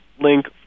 link